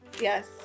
yes